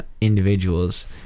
individuals